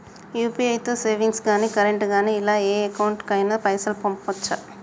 UPI తో savings గాని current గాని ఇలా ఏ అకౌంట్ కైనా పైసల్ పంపొచ్చా?